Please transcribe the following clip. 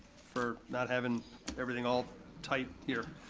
for not having everything all tight here.